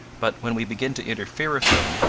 but when we begin to interfere with them,